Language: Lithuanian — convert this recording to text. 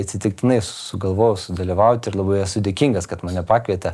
atsitiktinai sugalvojau sudalyvauti ir labai esu dėkingas kad mane pakvietė